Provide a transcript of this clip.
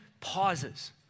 pauses